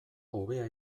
hobea